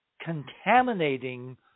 contaminating